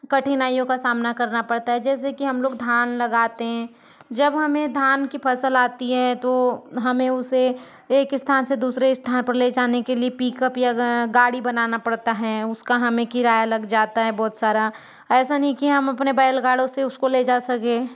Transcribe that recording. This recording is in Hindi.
कठिनाइयों का सामना करना पड़ता है जैसे कि हम लोग धान लगाते हैं जब हमें धान की फसल आती है तो हमें उसे एक स्थान से दूसरे स्थान पर ले जाने के लिए पीकप या गाड़ी बनाना पड़ता हैं उसका हमें किराया लग जाता है बहुत सारा ऐसा नहीं कि हम अपने बैलगाड़ी से उसको ले जा सके